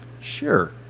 Sure